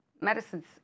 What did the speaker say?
medicines